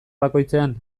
bakoitzean